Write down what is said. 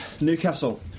Newcastle